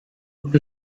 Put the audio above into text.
und